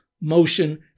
motion